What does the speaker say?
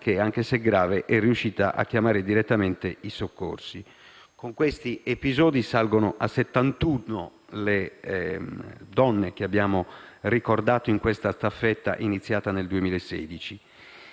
condizioni, è riuscita a chiamare direttamente i soccorsi. Con questi episodi, salgono a 71 le donne che abbiamo ricordato in questa staffetta, iniziata nel 2016.